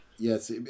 Yes